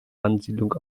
ansiedlung